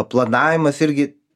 planavimas irgi